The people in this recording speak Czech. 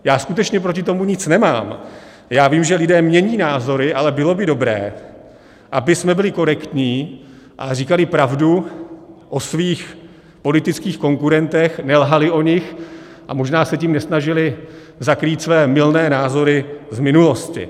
Já skutečně proti tomu nic nemám, já vím, že lidé mění názory, ale bylo by dobré, abychom byli korektní a říkali pravdu o svých politických konkurentech, nelhali o nich a možná se tím nesnažili zakrýt své mylné názory z minulosti.